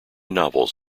novels